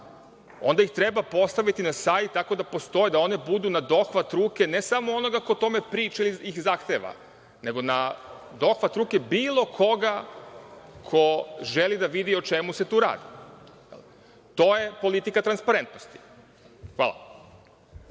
onda ih treba postaviti na sajt tako da postoje, da one budu na dohvat ruke ne samo onoga ko o tome priča ili zahteva, nego na dohvat ruke bilo koga ko želi da vidi o čemu se tu radi. To je politika transparentnosti. Hvala.